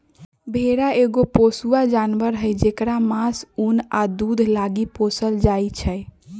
भेड़ा एगो पोसुआ जानवर हई जेकरा मास, उन आ दूध लागी पोसल जाइ छै